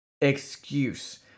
excuse